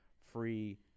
free